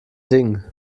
ding